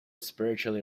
spiritually